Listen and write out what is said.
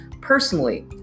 personally